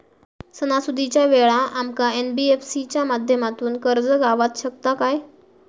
सणासुदीच्या वेळा आमका एन.बी.एफ.सी च्या माध्यमातून कर्ज गावात शकता काय?